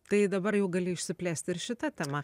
tai dabar jau gali išsiplėsti ir šita tema